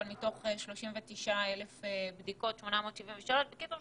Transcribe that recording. אבל מתוך 39,873. בקיצור,